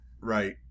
Right